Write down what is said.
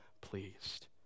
pleased